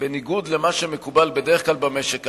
שבניגוד למה שמקובל בדרך כלל במשק,